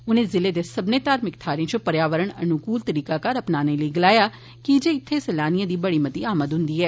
उनें जिले दे सब्बने धार्मिक थ्हार पर्यावरण अन्क्ल तरीकाकार अपनाने लेई गलाया कि जे इत्थे सैलानिए दी बड़ी मती आमद हन्दी ऐ